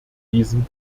diesen